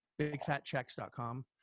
bigfatchecks.com